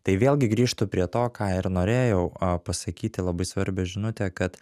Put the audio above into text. tai vėlgi grįžtu prie to ką ir norėjau pasakyti labai svarbią žinutę kad